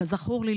כזכור לי,